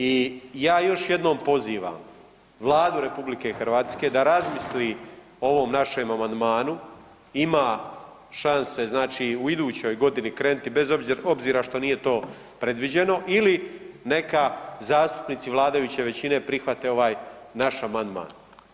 I ja još jednom pozivam Vladu RH da razmisli o ovom našem amandmanu, ima šanse znači u idućoj godini krenuti bez obzira što nije to predviđeno ili neka zastupnici vladajuće većine prihvate ovaj naš amandman.